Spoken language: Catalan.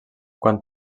quan